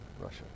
Russia